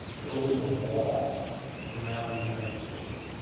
building a wall around the united states,